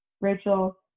Rachel